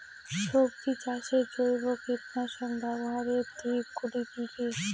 সবজি চাষে জৈব কীটনাশক ব্যাবহারের দিক গুলি কি কী?